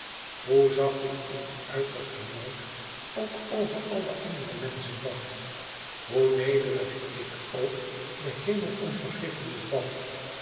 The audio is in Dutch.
hoe zacht ik in dien uitersten nood ook over alle andere menschen dacht hoe nederig ik ook den hemel om vergiffenis bad